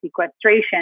sequestration